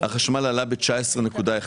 החשמל עלה ב-19.1%,